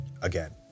again